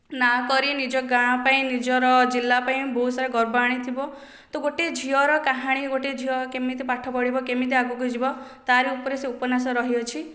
ନାଁ କରି ନିଜ ଗାଁ ପାଇଁ ନିଜର ଜିଲ୍ଲା ପାଇଁ ବହୁତ ସାରା ଗର୍ବ ଆଣିଥିବ ତ ଗୋଟେ ଝିଅର କାହାଣୀ ଗୋଟେ ଝିଅ କେମିତି ପାଠ ପଢ଼ିବ କେମିତି ଆଗକୁ ଯିବ ତାହାରି ଉପରେ ସେ ଉପନ୍ୟାସ ରହିଅଛି